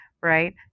right